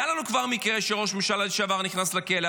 כבר היה לנו מקרה שראש ממשלה לשעבר נכנס לכלא,